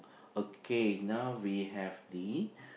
okay now we have the